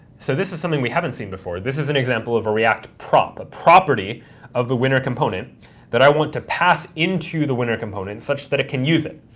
so this is something we haven't seen before. this is an example of a react prop, a property of the winner component that i want to pass into the winner component such that it can use it.